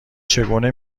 چگونه